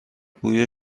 بوی